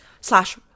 slash